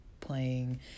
playing